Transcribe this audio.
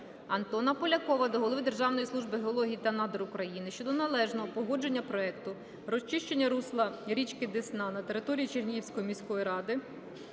Антона Полякова до голови Державної служби геології та надр України щодо належного погодження проекту "Розчищення русла річки Десна на території Чернігівської міської ради